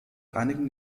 einigen